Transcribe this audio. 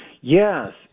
Yes